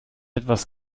etwas